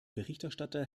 berichterstatter